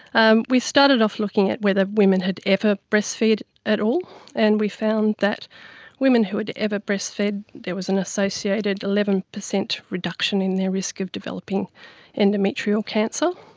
um we started off looking at whether women had ever ah breastfed at all and we found that women who had ever breastfed, there was an associated eleven percent reduction in their risk of developing endometrial cancer.